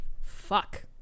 Fuck